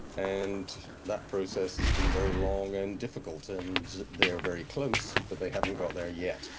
and that process has been very long and difficult, and they are very close but they haven't got there yet.